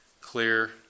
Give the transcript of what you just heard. clear